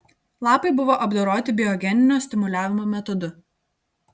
lapai buvo apdoroti biogeninio stimuliavimo metodu